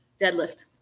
deadlift